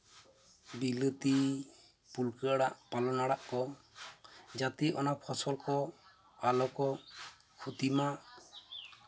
ᱵᱤᱞᱟᱹᱛᱤ ᱯᱩᱝᱠᱷᱟᱹ ᱟᱲᱟᱜ ᱯᱟᱞᱚᱝ ᱟᱲᱟᱜ ᱠᱚ ᱡᱟᱛᱮ ᱚᱱᱟ ᱯᱷᱚᱥᱚᱞ ᱠᱚ ᱟᱞᱚ ᱠᱚ ᱠᱷᱚᱛᱤ ᱢᱟ